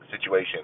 situation